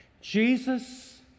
Jesus